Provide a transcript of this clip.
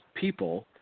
people